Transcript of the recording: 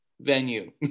venue